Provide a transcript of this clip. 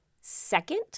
Second